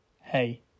hey